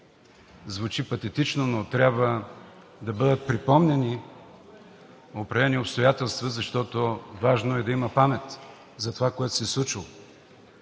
звучи патетично, но трябва да бъдат припомняни определени обстоятелства, защото е важно да има памет за това, което се е случило.